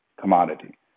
commodity